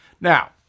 Now